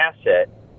asset